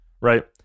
right